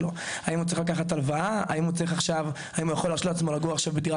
האם הוא יכול להרשות עכשיו לעצמו לגור בדירה